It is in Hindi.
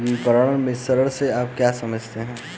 विपणन मिश्रण से आप क्या समझते हैं?